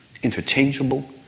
interchangeable